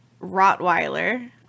Rottweiler